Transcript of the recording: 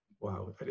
wow